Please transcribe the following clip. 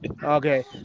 Okay